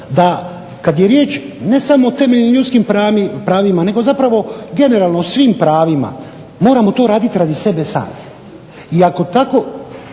da kada je riječ ne samo o temeljnim ljudskim pravima nego generalno o svim pravima, moramo to raditi radi sebe samih i ako tako